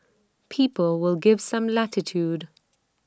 people will give some latitude